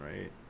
right